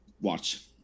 watch